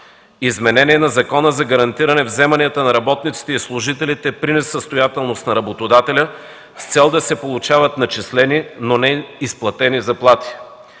изменение на Закона за гарантираните вземания на работниците и служителите при несъстоятелност на работодателя с цел да се получават начислени, но неизплатени заплати.